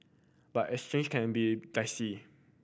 but exchange can be dicey